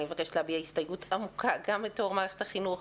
אני מבקשת להביע הסתייגות עמוקה גם --- מערכת החינוך.